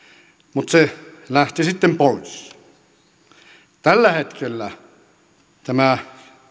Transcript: mutta se lähti sitten pois tällä hetkellä tämä